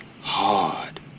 hard